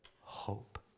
hope